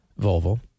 Volvo